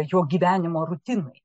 jo gyvenimo rutinai